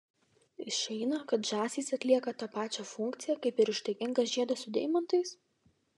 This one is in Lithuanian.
išeina kad žąsys atlieka tą pačią funkciją kaip ir ištaigingas žiedas su deimantais